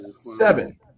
Seven